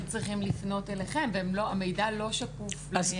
צריכים לפנות אליכם והמידע לא שקוף.